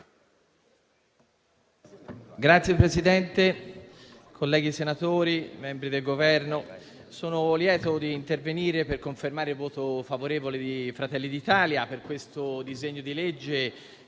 Signor Presidente, colleghi senatori, membri del Governo, sono lieto di intervenire per confermare il voto favorevole di Fratelli d'Italia a questo disegno di legge,